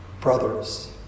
Brothers